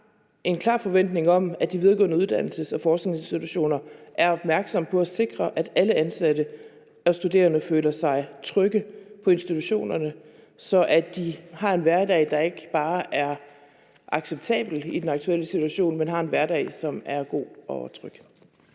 en klar forventning om, at de videregående uddannelses- og forskningsinstitutioner er opmærksomme på at sikre, at alle ansatte og studerende føler sig trygge på institutionerne, så de har en hverdag, der ikke bare er acceptabel i den aktuelle situation, men en hverdag, som er god og tryg.